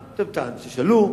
אתם תשאלו,